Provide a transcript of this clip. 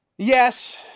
Yes